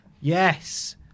yes